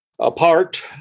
apart